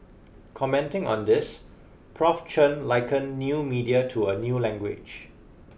commenting on this Prof Chen liken new media to a new language